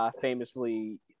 famously